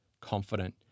confident